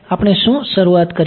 આપણે શું શરૂઆત કરીએ